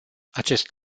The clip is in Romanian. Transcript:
acest